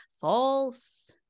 false